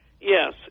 Yes